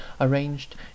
arranged